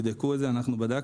תבדקו את זה, אנחנו בדקנו.